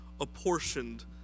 apportioned